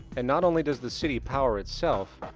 and not only does the city power itself,